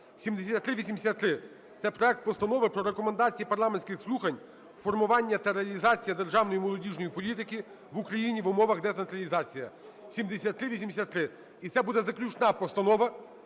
7383 – це проект Постанови про Рекомендації парламентських слухань "Формування та реалізація державної молодіжної політики в Україні в умовах децентралізації" (7383). І це буде заключна постанова